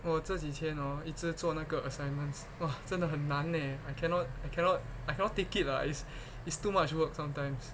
我这几天哦一直做那个 assignments !wah! 真的很难 leh I cannot I cannot I cannot take it lah it's it's too much work sometimes